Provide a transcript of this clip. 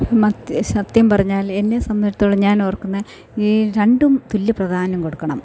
മതി സത്യം പറഞ്ഞാൽ എന്നെ സംബന്ധിച്ചിടത്തോളം ഞാനോർക്കുന്ന ഈ രണ്ടും തുല്യ പ്രധാനം കൊടുക്കണം